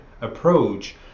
approach